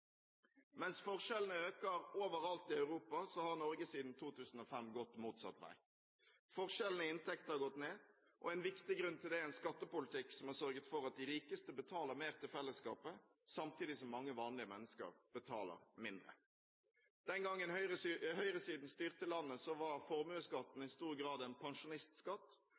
Mens forskjellene øker overalt i Europa, har Norge siden 2005 gått motsatt vei. Forskjellene i inntekt har gått ned. En viktig grunn til det er en skattepolitikk som har sørget for at de rikeste betaler mer til fellesskapet samtidig som mange vanlige mennesker betaler mindre. Den gangen høyresiden styrte landet, var formuesskatten i stor grad en pensjonistskatt.